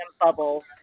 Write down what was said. bubble